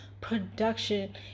production